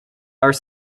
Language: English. are